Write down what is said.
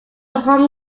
home